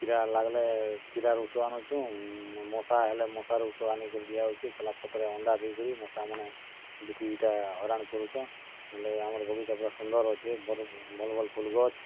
କିରା ଲାଗ୍ଲେ କିରାରୁ ଉଷ ଆନୁଛୁଁ ମଶା ହେଲେ ମଶାର ଉଷ ଆନି କରି ଦିଆ ହୋଉଛି ସାଲା ପରେ ଅଣ୍ଡା ଦେଇକରି ମଶା ମାନେ ବେଶୀଟା ହଇରାଣ କରୁଚନ୍ ନହେଲେ ଆମ ବଗିଚା ପୁରା ସୁନ୍ଦର ଅଛି ଭଲ୍ ଭଲ୍ ଫୁଲ ଗଛ୍